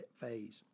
phase